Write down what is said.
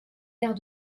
airs